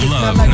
Love